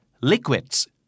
Liquids